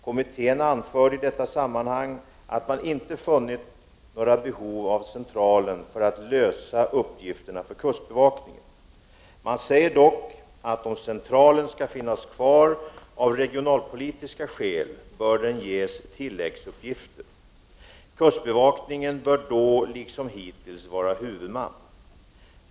Kommittén anförde i detta sammanhang att man inte funnit några behov av centralen för att lösa uppgifterna för kustbevakningen. Man säger dock, att om centralen skall finnas kvar av regionalpolitiska skäl bör den ges tilläggsuppgifter. Kustbevakningen bör då, liksom hittills, vara huvudman.